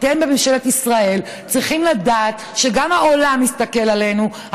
אתם בממשלת ישראל צריכים לדעת שגם העולם מסתכל עלינו,